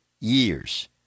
years